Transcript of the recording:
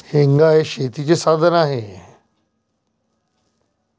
हेंगा हे शेतीचे साधन आहे